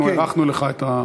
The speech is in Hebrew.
אנחנו הארכנו לך את,